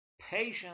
Patience